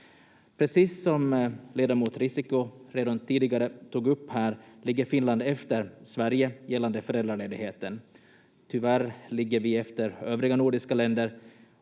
Precis som ledamot Risikko redan tidigare tog upp här, ligger Finland efter Sverige gällande föräldraledigheten. Tyvärr ligger vi efter övriga nordiska länder,